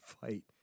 fight